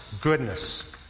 goodness